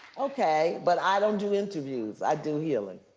okay, but i don't do interviews. i do healing.